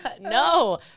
No